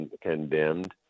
condemned